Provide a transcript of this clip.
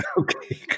Okay